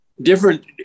different